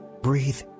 breathe